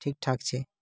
ठीक ठाक छै